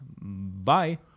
Bye